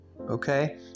Okay